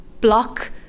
block